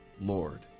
lord